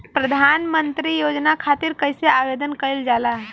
प्रधानमंत्री योजना खातिर कइसे आवेदन कइल जाला?